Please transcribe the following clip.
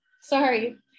Sorry